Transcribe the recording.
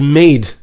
made